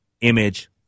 image